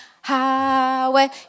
Highway